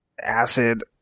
Acid